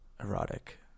erotic